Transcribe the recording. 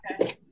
Okay